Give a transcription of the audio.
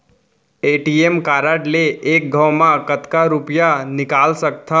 ATM card ले एक घव म कतका रुपिया निकाल सकथव?